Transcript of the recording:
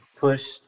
push